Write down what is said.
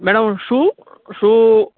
madam shoe shoe